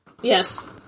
Yes